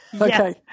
Okay